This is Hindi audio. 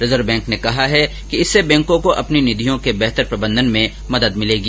रिजर्व बैंक ने कहा है कि इससे बैंकों को अपनी निधियों के बेहतर प्रबंधन में मदद मिलेगी